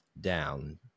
down